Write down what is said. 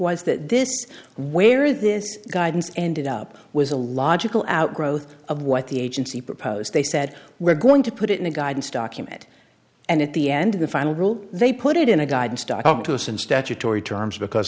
was that this where this guidance ended up was a logical outgrowth of what the agency proposed they said we're going to put it in a guidance document and at the end of the final rule they put it in a guidance talk to us and statutory terms because